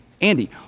Andy